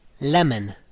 lemon